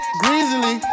greasily